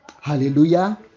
Hallelujah